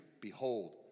Behold